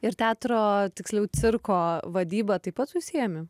ir teatro tiksliau cirko vadyba taip pat užsiėmi